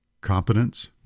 competence